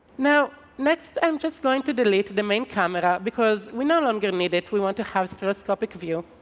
now, next i'm just going to delete the main camera because we no longer need it. we want to have stereoscopic view.